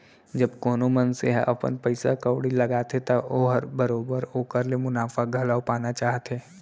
जब कोनो मनसे ह अपन पइसा कउड़ी लगाथे त ओहर बरोबर ओकर ले मुनाफा घलौ पाना चाहथे